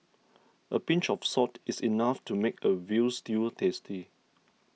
a pinch of salt is enough to make a Veal Stew tasty